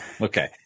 okay